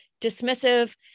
dismissive